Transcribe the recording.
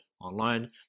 online